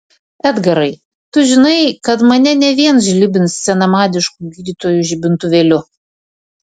edgarai tu žinai kad mane ne vien žlibins senamadišku gydytojų žibintuvėliu